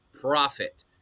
profit